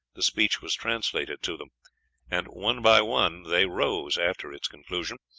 the speech was translated to them and, one by one, they rose after its conclusion,